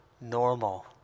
normal